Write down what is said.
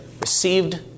received